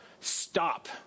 stop